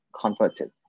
converted